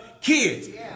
kids